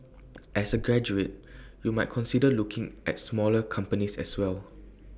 as A graduate you might consider looking at smaller companies as well